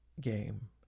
game